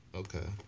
okay